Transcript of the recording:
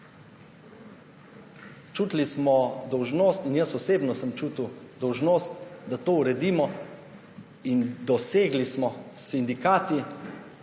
Čutili smo dolžnost in jaz osebno sem čutil dolžnost, da to uredimo. Tako smo dosegli s sindikati,